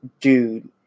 Dude